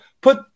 put